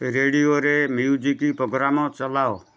ରେଡ଼ିଓରେ music programme ଚଲାଅ